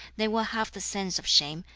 they will have the sense of shame,